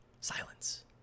silence